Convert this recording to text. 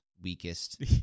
weakest